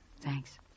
Thanks